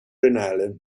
renale